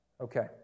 Okay